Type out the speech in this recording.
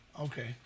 okay